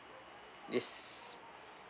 yes